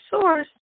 source